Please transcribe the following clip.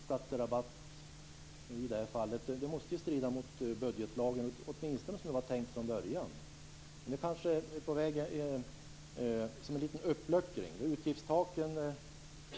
Skatterabatten måste i det här fallet strida mot budgetlagen, åtminstone som den var tänkt från början. Men det kanske är en liten uppluckring på väg.